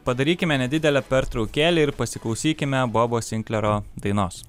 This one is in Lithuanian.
padarykime nedidelę pertraukėlę ir pasiklausykime bobo sinklerio dainos